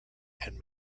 and